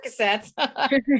cassettes